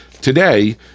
Today